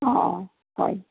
অ' অ' হয়